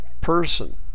person